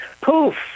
Poof